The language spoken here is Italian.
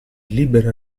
libera